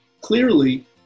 clearly